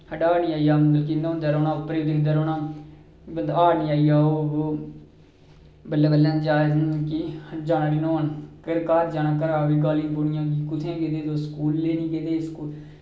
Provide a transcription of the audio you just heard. खड्डा आढ़ नि आई मतलब की न्हौंदे रौह्ना उप्परै ई दिखदे रौह्ना हाड़ निं आई जा बल्लें बल्लें जाच सिक्खी न्हौन फिर घर जाना घरै आह्लें गाली गूलियां कुत्थै गे दे हे तुस स्कूल गेदे